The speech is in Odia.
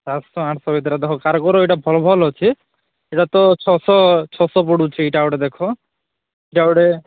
ସାତଶହ ଆଠଶହ ଭିତରେ ତ ହୋଉ କାର୍ଗୋର ଏଟା ଭଲ ଭଲ ଅଛି ଏଟା ତ ଛଅଶହ ଛଅଶହ ପଡ଼ୁଛି ଏଇଟା ଗୋଟେ ଦେଖ ଏଇଟା ଗୋଟେ